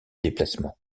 déplacement